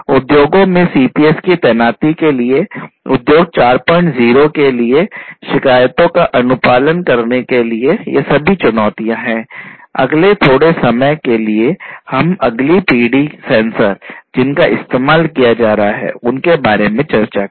उद्योगों में सीपीएस की तैनाती के लिए उद्योग 40 के लिए शिकायतों का अनुपालन करने के लिए ये सभी चुनौतियां हैं अगले थोड़े समय के लिए हम अगली पीढ़ी सेंसर जिनका इस्तेमाल किया जा रहा है उनके बारे में चर्चा करें